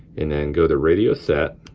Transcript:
and then go to radio set.